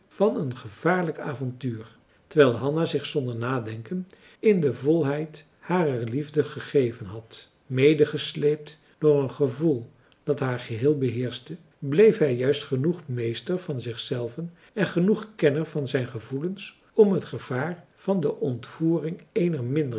van een gevaarlijk avontuur terwijl hanna zich zonder nadenken in de volheid harer liefde gegeven had marcellus emants een drietal novellen medegesleept door een gevoel dat haar geheel beheerschte bleef hij juist genoeg meester van zich zelven en genoeg kenner van zijn gevoelens om het gevaar van de ontvoering eener